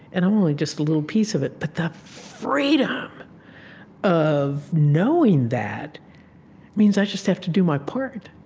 and i'm only just a little piece of it. but the freedom of knowing that means i just have to do my part.